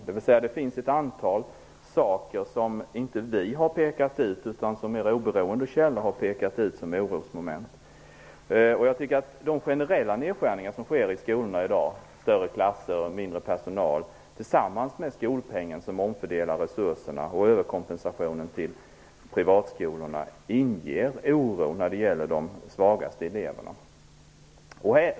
Det finns alltså ett antal företeelser som inte vi utan mera oberoende källor har pekat ut som orosmoment. Jag tycker att de generella nedskärningar som sker i skolorna i dag i form av större klasser och mindre personal tillsammans med skolpengen, som omfördelar resurserna, och överkompensationen till privatskolorna inger oro när det gäller de svagaste eleverna.